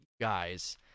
guys